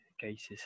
cases